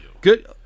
Good